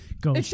go